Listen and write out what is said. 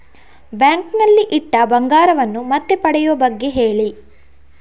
bank ನಲ್ಲಿ ಇಟ್ಟ ಬಂಗಾರವನ್ನು ಮತ್ತೆ ಪಡೆಯುವ ಬಗ್ಗೆ ಹೇಳಿ